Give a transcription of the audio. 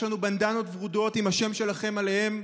יש לנו בנדנות ורודות עם השם שלכם עליהם,